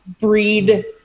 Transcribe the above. breed